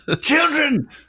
Children